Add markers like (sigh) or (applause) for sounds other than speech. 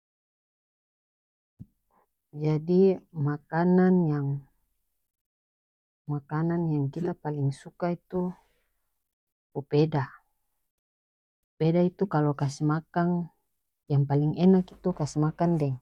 (noise) jadi makanan yang makanan yang kita paleng suka itu popeda poeda itu kalo kas makang yang paleng enak (noise) kas makang deng